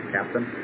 Captain